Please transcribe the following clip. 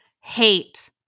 hate